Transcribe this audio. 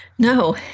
No